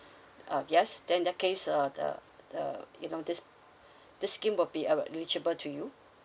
uh yes then that case uh the the you know this this scheme will be eligible to you